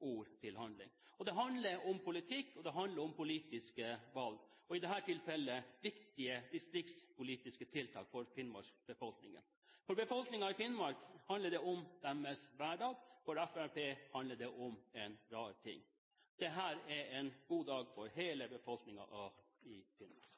ord til handling. Det handler om politikk og om politiske valg, og i dette tilfellet viktige distriktspolitiske tiltak for Finnmarks befolkning. For befolkningen i Finnmark handler det om deres hverdag, for Fremskrittspartiet handler det om en rar ting. Dette er en god dag for hele befolkningen i Finnmark.